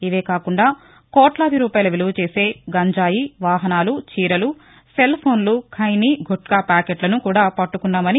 ఇవే కాకుండా కోట్లాది రూపాయల విలువ చేసే గంజాయి వాహనాలు చీరలు సెల్ ఫోన్ లు ఖైనీ గుట్కా ప్యాకెట్లను కూడా పట్టుకున్నారన్నారు